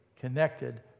connected